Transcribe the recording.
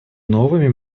новыми